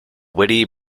witty